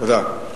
תודה.